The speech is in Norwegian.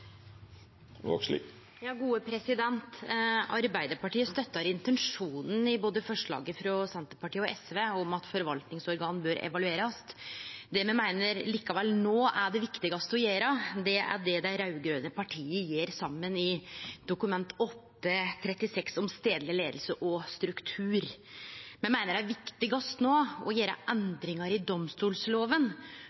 Arbeidarpartiet støttar intensjonen både i forslaget frå Senterpartiet og frå SV om at forvaltningsorgan bør evaluerast. Det me likevel meiner er det viktigaste å gjere no, er det dei raud-grøne partia gjer saman i Dokument 8:36 S for 2019–2020, om stadleg leiing og struktur. Me meiner det no er viktigast å gjere